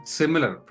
similar